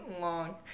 long